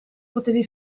potevi